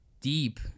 deep